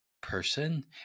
person